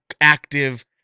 active